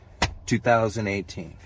2018